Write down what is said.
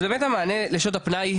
אז באמת המענה לשעות הפנאי,